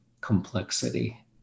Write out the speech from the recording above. complexity